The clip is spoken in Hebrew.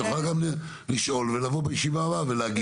את גם יכולה לשאול ולבוא להגיד בישיבה הבאה.